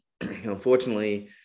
unfortunately